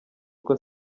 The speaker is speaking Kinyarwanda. uko